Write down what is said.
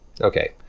Okay